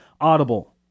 audible